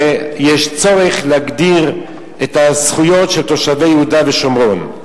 ויש צורך להגדיר את הזכויות של תושבי יהודה ושומרון.